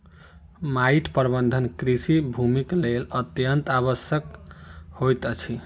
माइट प्रबंधन कृषि भूमिक लेल अत्यंत आवश्यक होइत अछि